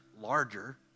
larger